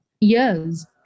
years